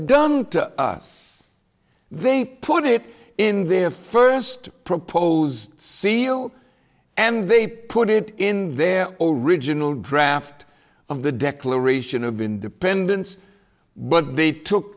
done to us they put it in their first proposed seal and they put it in their own regional draft of the declaration of independence but they took